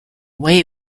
way